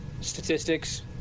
Statistics